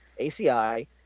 ACI